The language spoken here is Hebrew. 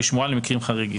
והיא שמורה למקרים חריגים.